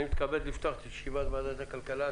אני מתכבד לפתוח את ישיבת ועדת הכלכלה,